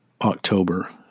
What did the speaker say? October